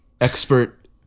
expert